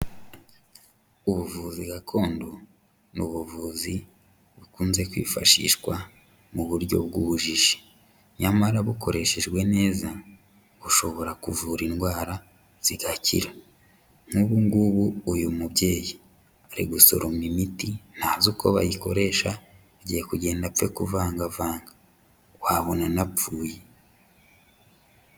Ubuvuzi gakondo ni ubuvuzi bukunze kwifashishwa mu buryo bw'ubujiji, nyamara bukoreshejwe neza bushobora kuvura indwara zigakira, nk'ubu ngubu uyu mubyeyi ari gusoroma imiti, ntazi uko bayikoresha, agiye kugenda apfe kuvangavanga, wabona anapfuye.